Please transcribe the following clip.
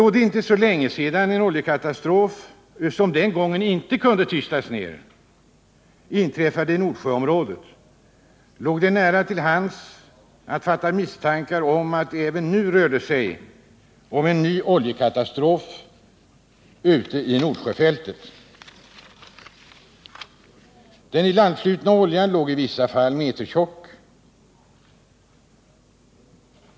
Då det inte är så länge sedan en oljekatastrof — som den gången inte kunde tystas ned — inträffade i Nordsjöområdet, låg det nära till hands att fatta misstankar om att det även nu rörde sig om en ny oljekatastrof ute i Nordsjöfältet. Den ilandflutna oljan låg i vissa fall metertjock.